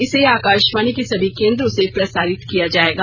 इसे आकाशवाणी के सभी केन्द्रों से प्रसारित किया जायेगा